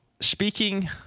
speaking